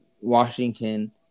Washington